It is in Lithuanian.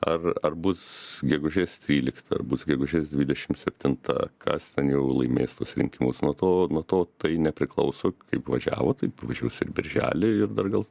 ar ar bus gegužės trylikta ar bus gegužės dvidešim septinta kas ten jau laimės tuos rinkimus nuo to nuo to tai nepriklauso kaip važiavo taip važiuos ir birželį ir dar gal